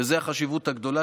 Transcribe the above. וזו החשיבות הגדולה.